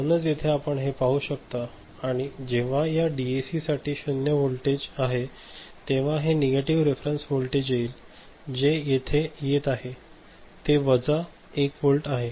म्हणूनच येथे आपण हे पाहू शकता आणि जेव्हा या डीएसी साठी हे 0 वोल्टेज आहे तेव्हा हे निगेटिव्ह रेफरंस व्होल्टेज येईल जे येथे येत आहे ते वजा 1 वोल्ट आहे